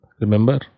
Remember